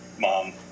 Mom